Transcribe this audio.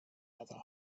other